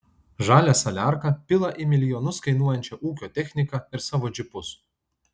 žalią saliarką pila į milijonus kainuojančią ūkio techniką ir savo džipus